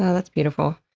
yeah that's beautiful.